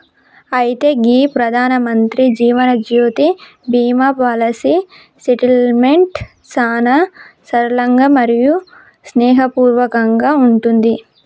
అయితే గీ ప్రధానమంత్రి జీవనజ్యోతి బీమా పాలసీ సెటిల్మెంట్ సానా సరళంగా మరియు స్నేహపూర్వకంగా ఉంటుంది